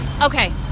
Okay